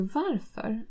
varför